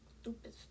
stupid